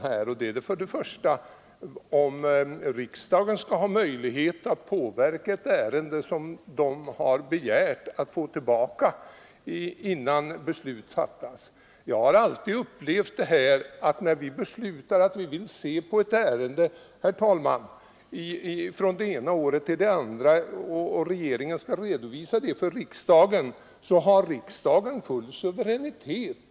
Bland annat har diskussionen gällt om riksdagen skall ha möjlighet att påverka ett ärende som den har begärt att få tillbaka innan beslut fattas. När vi, herr talman, har beslutat att vi vill se på ett ärende från det ena året till det andra och regeringen skall redovisa det till riksdagen har riksdagen full suveränitet.